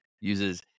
uses